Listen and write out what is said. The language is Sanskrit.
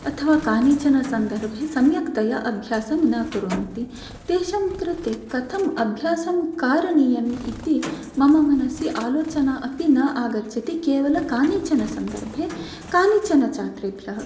अथवा कानिचन सन्दर्भे सम्यक् तया अभ्यासं न कुर्वन्ति तेषां कृते कथम् अभ्यासं कारणीयम् इति मम मनसि आलोचना अपि न आगच्छति केवलं कानिचन सन्दर्भे कानिचन छात्रेभ्यः